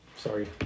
Sorry